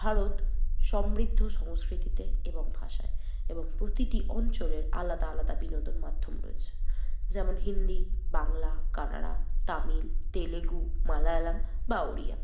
ভারত সমৃদ্ধ সংস্কৃতিতে এবং ভাষায় এবং প্রতিটি অঞ্চলের আলাদা আলাদা বিনোদন মাধ্যম রয়েছে যেমন হিন্দি বাংলা কানাড়া তামিল তেলেগু মালয়ালম বা ওড়িয়া